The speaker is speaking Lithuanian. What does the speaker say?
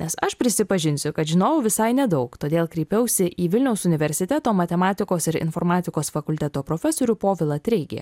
nes aš prisipažinsiu kad žinojau visai nedaug todėl kreipiausi į vilniaus universiteto matematikos ir informatikos fakulteto profesorių povilą treigį